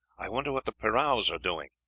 i wonder what the prahus are doing?